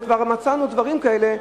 וכבר מצאנו דברים כאלה,